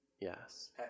Yes